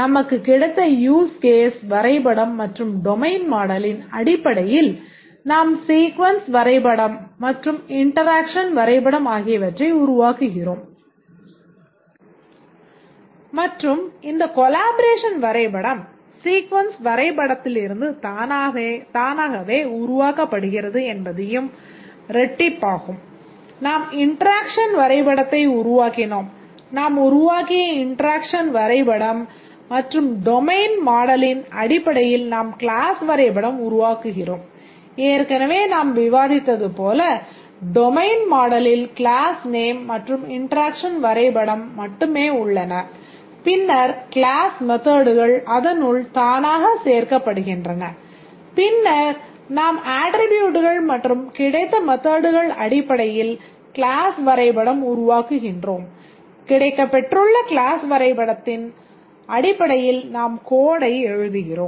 நமக்கு கிடைத்த use case எழுதுகிறோம்